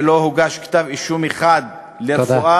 לא הוגש כתב-אישום אחד לרפואה.